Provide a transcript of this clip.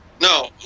no